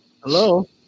hello